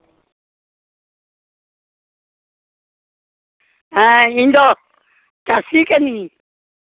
ᱦᱮᱸ ᱤᱧ ᱫᱚ ᱪᱟᱹᱥᱤ ᱠᱟᱹᱱᱤᱧ